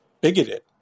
bigoted